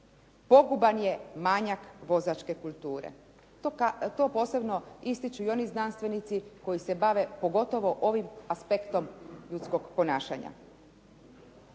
Poguban je manjak vozačke kulture. To posebno ističu i oni znanstvenici koji se bave pogotovo ovim aspektom ljudskog ponašanja.